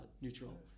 neutral